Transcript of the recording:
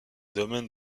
domaines